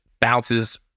bounces